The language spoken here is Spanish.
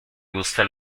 gusta